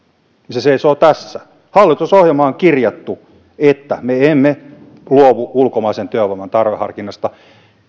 se seisoo tässä hallitusohjelmaan on kirjattu että me emme luovu ulkomaisen työvoiman tarveharkinnasta